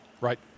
Right